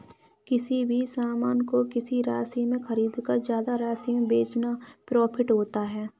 किसी भी सामान को किसी राशि में खरीदकर ज्यादा राशि में बेचना प्रॉफिट होता है